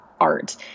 art